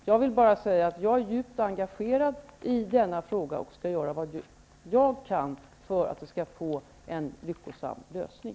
Låt mig bara säga att jag är djupt engagerad i denna fråga och skall göra vad jag kan för att den skall få en lyckosam lösning.